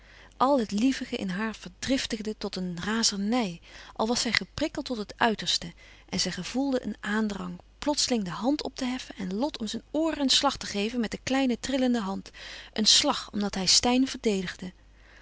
al het lievige in haar verdriftigde tot een razernij als was zij geprikkeld tot het uiterste en zij gevoelde een aandrang plotseling de hand op te heffen en lot om zijn ooren een slag te geven met de kleine trillende hand een slag omdat hij steyn verdedigde